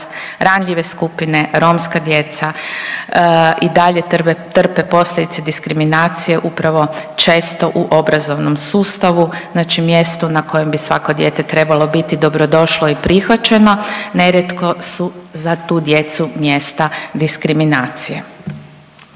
Ranjive skupine, romska djeca i dalje trpe posljedice diskriminacije upravo često u obrazovnom sustavu, znači mjestu na kojem bi svako dijete trebalo biti dobro došlo i prihvaćeno. Nerijetko su za tu djecu mjesta diskriminacije.